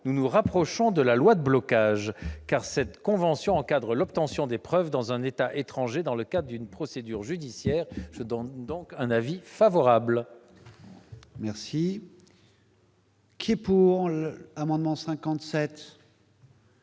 nous nous rapprochons de la loi de blocage, car cette convention encadre l'obtention des preuves dans un État étranger dans le cadre d'une procédure judiciaire. La commission est favorable à cet amendement.